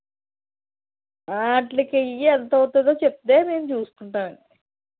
వాటికి ఎంత అవుతుంది చెప్తే మేము చూసుకుంటాం అండి